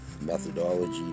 methodology